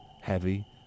heavy